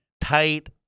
tight